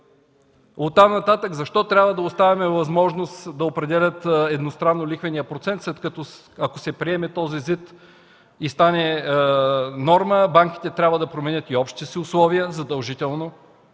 От там нататък – защо трябва да оставяме възможност да определят едностранно лихвения процент, след като, ако се приеме този закон за изменение и допълнение и стане норма, банките ще трябва да променят и общите си условия, задължително.